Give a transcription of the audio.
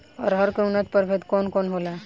अरहर के उन्नत प्रभेद कौन कौनहोला?